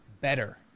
better